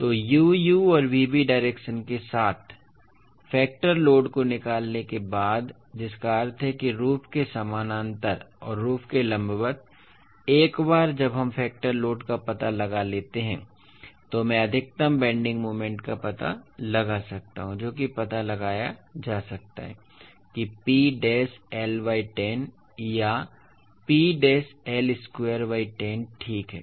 तो u u और v v direction के साथ फैक्टर लोड को निकालने के बाद जिसका अर्थ है कि रूफ के समानांतर और रूफ के लंबवत एक बार जब हम फैक्टर लोड का पता लगा लेते हैं तो मैं अधिकतम बेन्डिंग मोमेंट का पता लगा सकता हूं जो कि पता लगाया जा सकता है कि P डैश L बाय 10 या P dash L square by 10 ठीक हैं